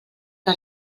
que